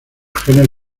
genes